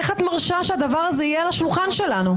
איך את מרשה שהדבר הזה יהיה על השולחן שלנו?